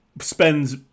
spends